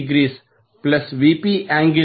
5 j0